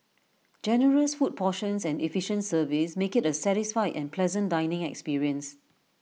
generous food portions and efficient service make IT A satisfied and pleasant dining experience